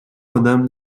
آدم